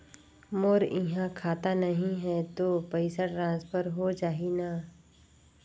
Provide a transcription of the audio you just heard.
मोर इहां खाता नहीं है तो पइसा ट्रांसफर हो जाही न?